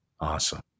Awesome